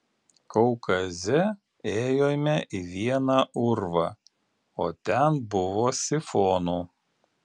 kaukaze ėjome į vieną urvą o ten buvo sifonų